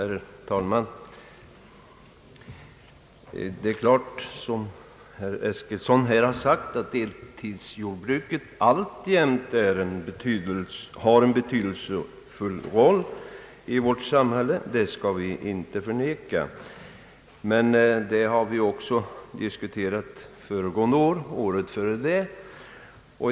Herr talman! Det är klart, som herr Eskilsson här har sagt, att deltidsjordbruket alltjämt har en betydelsefull roll i vårt samhälle, det skall vi inte förneka. Men detta har vi också diskuterat föregående år och året före det.